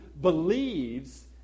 believes